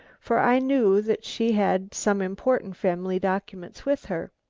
for i knew that she had some important family documents with her.